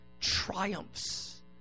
triumphs